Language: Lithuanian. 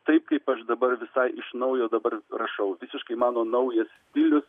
taip kaip aš dabar visai iš naujo dabar rašau visiškai mano naujas stilius